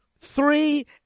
three